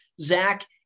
Zach